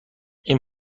این